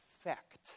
effect